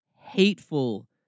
hateful